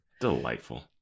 delightful